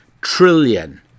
trillion